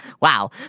Wow